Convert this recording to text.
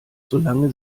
solange